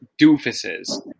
doofuses